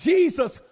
Jesus